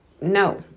no